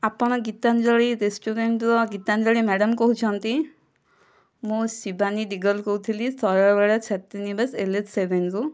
ଆପଣ ଗୀତାଞ୍ଜାଳୀ ରେସ୍ଟୁରାଣ୍ଟର ଗୀତାଞ୍ଜାଳୀ ମ୍ୟାଡମ୍ କହୁଛନ୍ତି ମୁଁ ଶିବାନୀ ଦିଗଲ କହୁଥିଲି ଶୈଳବାଳା ଛାତ୍ରୀ ନିବାସ ଏଲ୍ଏଚ୍ ସେଭେନ୍ ରୁ